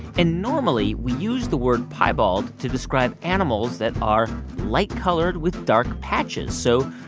and, normally, we use the word piebald to describe animals that are light-colored with dark patches. so,